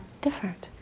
different